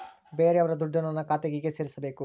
ಬೇರೆಯವರ ದುಡ್ಡನ್ನು ನನ್ನ ಖಾತೆಗೆ ಹೇಗೆ ಸೇರಿಸಬೇಕು?